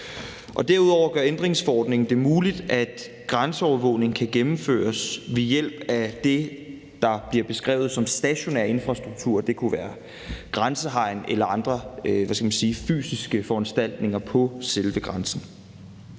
Derudover gør ændringsforordningen det muligt, at grænseovervågning kan gennemføres ved hjælp af det, der bliver beskrevet som stationær infrastruktur. Det kunne være grænsehegn eller andre fysiske foranstaltninger på selve grænsen.